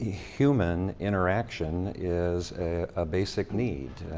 human interaction is a ah basic need.